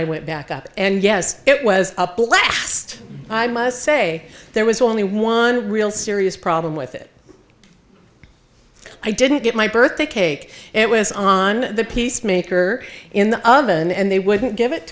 i went back up and yes it was a blast i must say there was only one real serious problem with it i didn't get my birthday cake it was on the peacemaker in the oven and they wouldn't give it